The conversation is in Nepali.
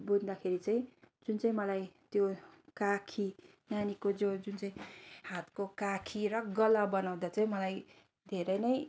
बुन्दाखेरि चाहिँ जुन चाहिँ मलाई त्यो काखी नानीको जो जुन चाहिँ हातको काखी र गला बनाउँदा चाहिँ मलाई धेरै नै